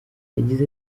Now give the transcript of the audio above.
yagize